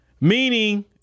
meaning